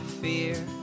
fear